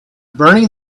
burning